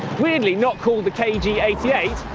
weirdly, not called the k g eight yeah eight,